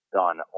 done